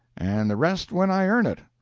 and the rest when i earn it.